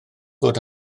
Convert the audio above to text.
fod